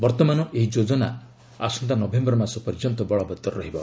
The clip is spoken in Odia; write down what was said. ବର୍ତ୍ତମାନ ଏହି ଯୋଜନା ଆସନ୍ତା ନଭେମ୍ବର ମାସ ପର୍ଯ୍ୟନ୍ତ ବଳବତ୍ତର ରହିବ